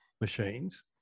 machines